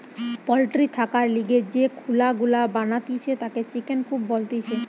poultry থাকার লিগে যে খুলা গুলা বানাতিছে তাকে চিকেন কূপ বলতিছে